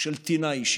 של טינה אישית.